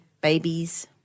babies